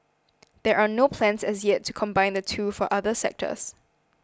there are no plans as yet to combine the two for other sectors